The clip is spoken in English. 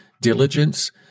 diligence